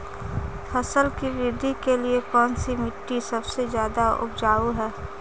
फसल की वृद्धि के लिए कौनसी मिट्टी सबसे ज्यादा उपजाऊ है?